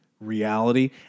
reality